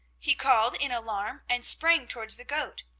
he called in alarm and sprang towards the goat.